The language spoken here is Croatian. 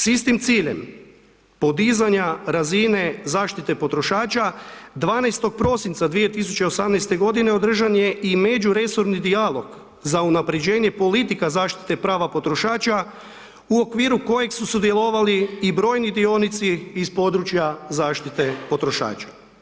S istim ciljem podizanja razine zaštite potrošača 12. prosinca 2018. godine održan je i međuresorni dijalog za unapređenje politika zaštite prava potrošača u okviru kojeg su sudjelovali i brojni dionici iz područja zaštite potrošača.